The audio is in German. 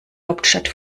hauptstadt